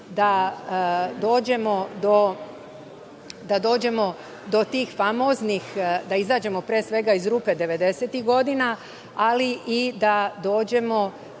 da dođemo do tih famoznih, da izađemo, pre svega, iz rupe 90-ih godina, ali i da dođemo